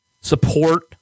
support